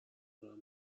غمناک